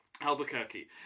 Albuquerque